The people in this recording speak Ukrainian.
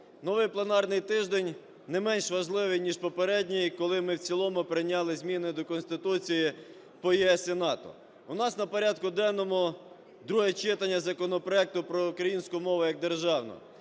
новий пленарний тиждень не менш важливий, ніж попередній, коли ми в цілому прийняли зміни до Конституції по ЄС і НАТО. У нас на порядку денному друге читання законопроекту про українську мову як державну.